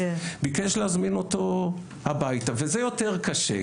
ביקש להזמין אותו הביתה וזה יותר קשה,